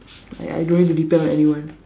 I I don't need to depend on anyone